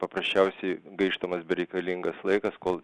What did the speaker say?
paprasčiausiai gaištamas bereikalingas laikas kol